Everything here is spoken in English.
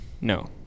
no